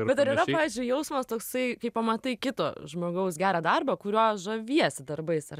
bet ar yra pavyzdžiui jausmas toksai kai pamatai kito žmogaus gerą darbą kurio žaviesi darbais ar